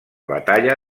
batalla